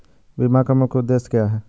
बीमा का मुख्य उद्देश्य क्या है?